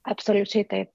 absoliučiai taip